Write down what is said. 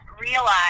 realize